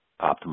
Optimal